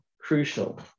crucial